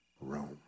Rome